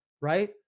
Right